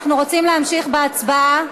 אנחנו רוצים להמשיך בהצבעה.